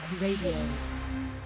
Radio